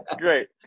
great